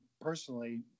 personally